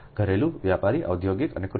ઘરેલું વ્યાપારી ઔદ્યોગિક અને કૃષિ